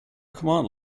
command